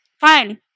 Fine